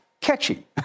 catchy